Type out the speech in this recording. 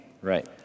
Right